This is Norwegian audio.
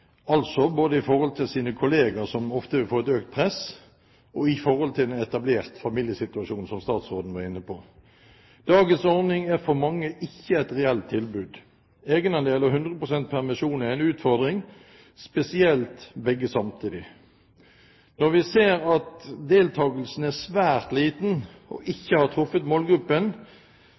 både i forhold til sine kolleger som da ofte vil få et økt press, og i forhold til en etablert familiesituasjon, som statsråden var inne på. Dagens ordning er for mange ikke et reelt tilbud. Egenandel og 100 pst. permisjon er en utfordring, spesielt begge samtidig. Når vi ser at deltakelsen er svært liten og ikke har truffet målgruppen,